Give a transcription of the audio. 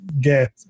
get